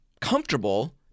comfortable